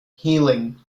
healing